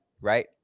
right